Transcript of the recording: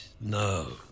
no